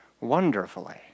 wonderfully